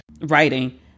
writing